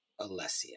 Alessia